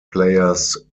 players